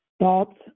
Thoughts